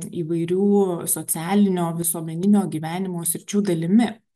įvairių socialinio visuomeninio gyvenimo sričių dalimi